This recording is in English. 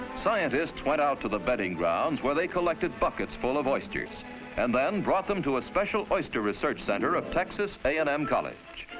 scientists went out to the bedding grounds, where they collected buckets full of oysters and then, brought them to a special oyster research center of texas a and m college,